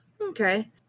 Okay